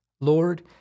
Lord